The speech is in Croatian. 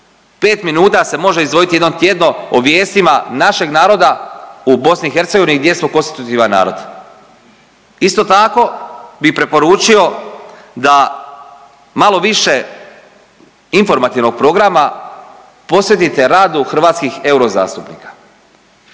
5 minuta se može izdvojiti jednom tjedno o vijestima našeg naroda u Bosni i Hercegovini gdje smo konstitutivan narod. Isto tako bi preporučio da malo više informativnog programa posvetite radu hrvatskih euro zastupnika.